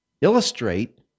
illustrate